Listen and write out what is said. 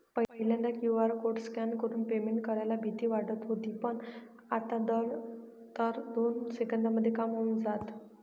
पहिल्यांदा QR code scan करून payment करायला भीती वाटत होती पण, आता तर दोन सेकंदांमध्ये काम होऊन जातं